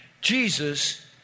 Jesus